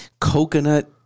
coconut